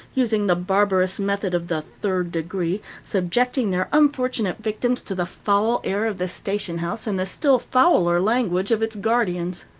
using the barbarous method of the third degree, subjecting their unfortunate victims to the foul air of the station house, and the still fouler language of its guardians.